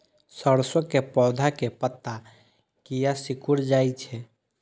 सरसों के पौधा के पत्ता किया सिकुड़ जाय छे?